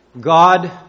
God